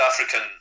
African